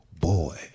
Boy